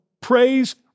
praise